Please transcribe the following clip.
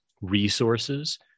resources